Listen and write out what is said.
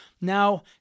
Now